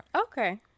Okay